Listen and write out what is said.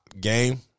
game